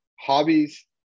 hobbies